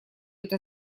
это